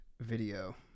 video